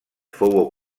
fou